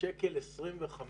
1.25 שקל,